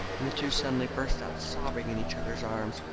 and the two suddenly burst out sobbing in each other's arms,